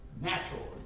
natural